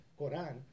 Quran